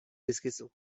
dizkizu